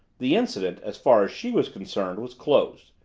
the incident, as far as she was concerned, was closed.